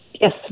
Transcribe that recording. Yes